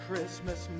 Christmas